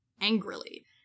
angrily